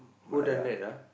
who done that ah